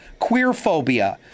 queerphobia